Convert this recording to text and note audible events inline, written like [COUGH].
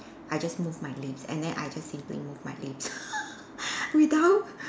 I just move my lips and then I just simply move my lips [LAUGHS] without